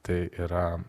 tai yra